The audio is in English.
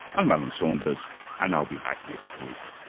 i'm alan saunders and i'll be back next week